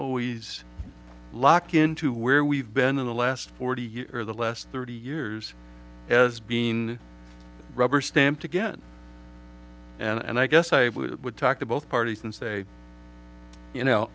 always lock into where we've been in the last forty years of the last thirty years as bean rubber stamped again and i guess i would talk to both parties and say you know